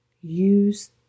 use